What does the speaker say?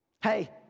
Hey